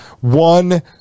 one